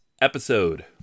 episode